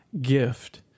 gift